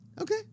Okay